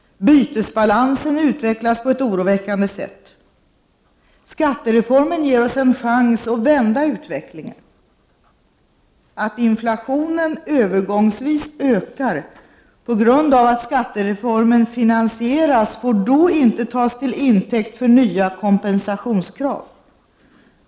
Bytesbalansen utvecklas på ett oroväckande sätt. Skattereformen ger oss en chans att vända utvecklingen. Att inflationen övergångsvis ökar på grund av att skattereformen finansieras får då inte tas till intäkt för nya kompensationskrav.